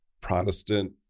Protestant